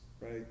right